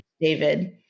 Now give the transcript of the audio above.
David